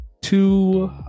two